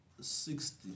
sixty